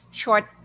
short